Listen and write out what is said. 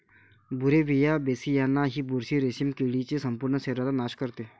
Beauveria बेसियाना ही बुरशी रेशीम किडीच्या संपूर्ण शरीराचा नाश करते